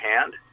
hand